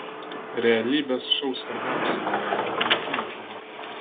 realybės šou svarbiausia konkurencinė kova